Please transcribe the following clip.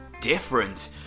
different